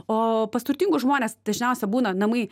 o pas turtingus žmones dažniausia būna namai